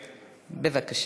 בבקשה.